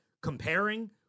comparing